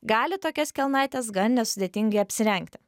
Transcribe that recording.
gali tokias kelnaites gan nesudėtingai apsirengti